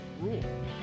Rule